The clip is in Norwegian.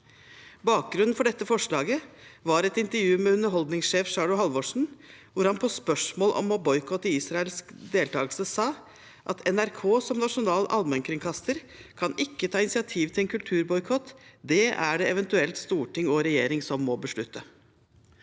Bakgrunnen for dette forslaget var et intervju med underholdningssjef Charlo Halvorsen, der han på spørsmål om å boikotte Israels deltakelse sa: «NRK som en nasjonal allmennkringkaster kan ikke ta initiativ til en kulturboikott av et land. Det er det eventuelt regjering og storting som må beslutte.»